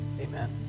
Amen